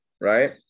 right